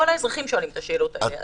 כל האזרחים שואלים את השאלות האלה,